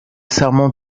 serment